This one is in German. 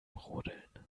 rodeln